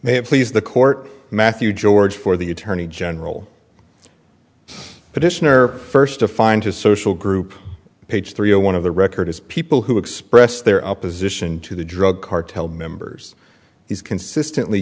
may have please the court matthew george for the attorney general petitioner first to find his social group page three a one of the record is people who express their opposition to the drug cartel members he's consistently